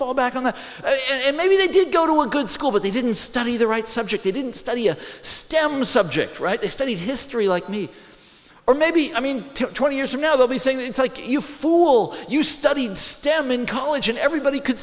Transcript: fall back on the and maybe they did go to a good school but they didn't study the right subject they didn't study a stem subject right they studied history like me or maybe i mean twenty years from now they'll be saying things like you fool you studied stem in college and everybody c